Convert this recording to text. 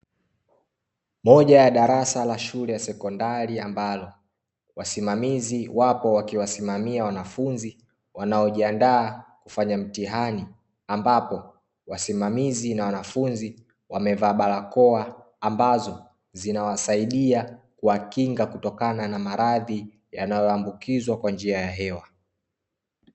Moja ya darasa la shule ya sekondari ambalo wasimamizi wapo wakiwasimamia wanafunzi wanaojiandaa kufanya mtihani, ambapo wasimamizi na wanafunzi wamevaa barakoa ambazo, zinawasaidia kuwakinga kutokana na maradhi yanayoambukizwa kwa njia ya hewa.